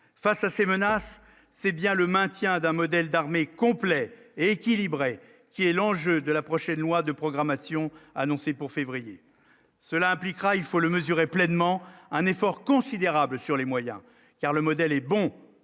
face à ces menaces, c'est bien le maintien d'un modèle d'armée complet, équilibré, qui est l'enjeu de la prochaine loi de programmation annoncée pour février, cela impliquera il faut le mesurer pleinement un effort considérable sur les moyens car le modèle est bon,